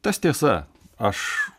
tas tiesa aš